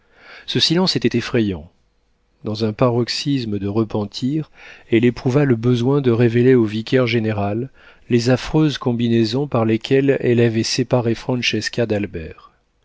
ce silence était effrayant dans un paroxisme de repentir elle éprouva le besoin de révéler au vicaire-général les affreuses combinaisons par lesquelles elle avait séparé